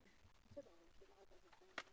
תקנות המקרקעין).